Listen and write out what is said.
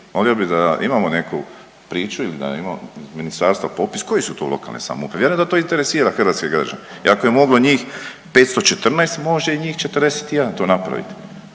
Volio bi da imamo neku priču ili da ima ministarstvo popis koje su to lokalne samouprave. Ja vjerujem da to interesira hrvatske građane i ako je moglo njih 514 može i njih 41 to napraviti